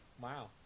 Wow